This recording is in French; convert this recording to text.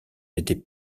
n’était